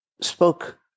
spoke